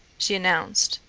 she announced.